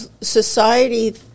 Society